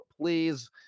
please